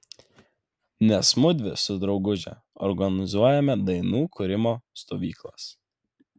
nes mudvi su drauguže organizuojame dainų kūrimo stovyklas